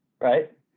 right